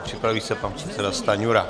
Připraví se pan předseda Stanjura.